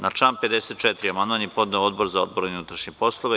Na član 54. amandman je podneo Odbora za odbranu i unutrašnje poslove.